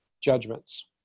judgments